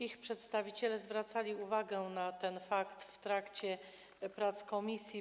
Ich przedstawiciele zwracali uwagę na ten fakt w trakcie prac komisji.